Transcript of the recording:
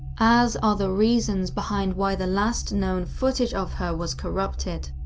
as are the reasons behind why the last known footage of her was corrupted.